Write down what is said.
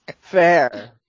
Fair